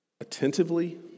attentively